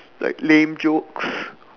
like lame jokes